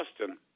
austin